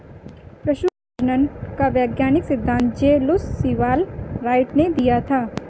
पशु प्रजनन का वैज्ञानिक सिद्धांत जे लुश सीवाल राइट ने दिया था